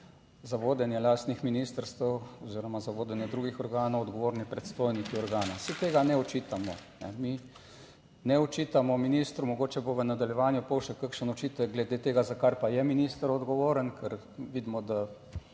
za vodenje lastnih ministrstev oziroma za vodenje drugih organov odgovorni predstojniki organa. Saj tega ne očitamo, mi ne očitamo ministru, mogoče bo v nadaljevanju pol še kakšen očitek glede tega, za kar pa je minister odgovoren, ker vidimo, da